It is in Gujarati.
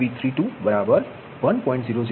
00099 એન્ગલ માઈનસ 2